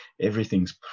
everything's